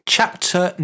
Chapter